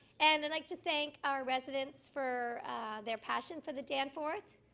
and and like to thank our residents for their passion for the danforth,